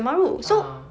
ah